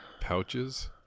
Pouches